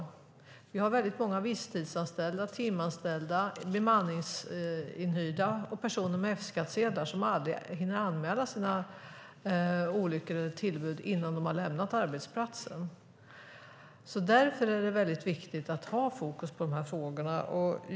Det finns väldigt många visstidsanställda, timanställda, bemanningsinhyrda och personer med F-skattsedlar som aldrig hinner anmäla sina olyckor eller tillbud innan de har lämnat arbetsplatsen. Därför är det väldigt viktigt att ha fokus på de här frågorna.